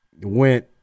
went